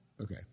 Okay